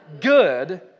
good